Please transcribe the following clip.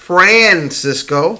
Francisco